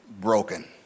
broken